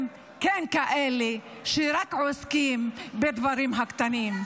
כן כאלה שרק עוסקים בדברים הקטנים.